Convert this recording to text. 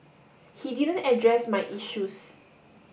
he didn't address my issues